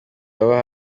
baba